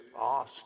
asked